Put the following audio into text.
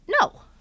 No